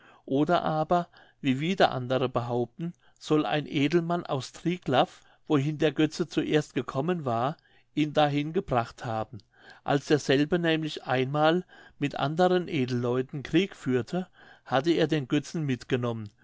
oder aber wie wieder andere behaupten soll ein edelmann aus triglaff wohin der götze zuerst gekommen war ihn dahin gebracht haben als derselbe nämlich einmal mit anderen edelleuten krieg führte hatte er den götzen mitgenommen